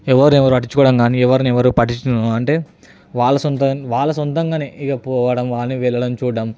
ఎవరు ఎవరు పట్టించుకోవడం కానీ ఎవరు ఎవరిని పట్టించుకోవడం అంటే వాళ్ళ సొంత వాళ్ళ సొంతంగానే ఇక పోవడం కానీ వెళ్ళడం చూడడం